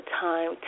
time